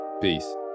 Peace